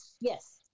Yes